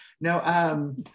No